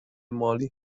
مالی